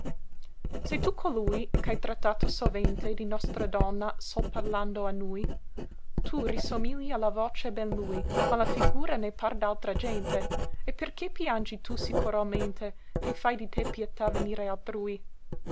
se tu colui c'hai trattato sovente di nostra donna sol parlando a nui tu risomigli a la voce ben lui ma la figura ne par d'altra gente e perché piangi tu sì coralmente che fai di te pietà venire altrui